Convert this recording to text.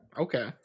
Okay